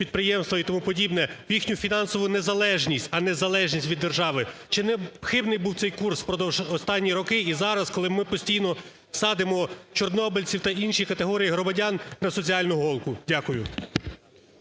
підприємства і тому подібне, в їхню фінансову незалежність, а не залежність від держави, чи не хибний був цей курс впродовж останніх років і зараз, коли ми постійно садимо чорнобильців та інші категорії громадян на соціальну голку? Дякую.